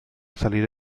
salir